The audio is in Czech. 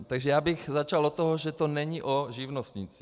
Takže já bych začal od toho, že to není o živnostnících.